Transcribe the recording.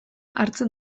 hartzen